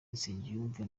nsengiyumva